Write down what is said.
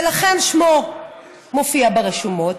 ולכן שמו מופיע ברשומות.